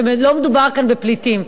שלא מדובר כאן בפליטים.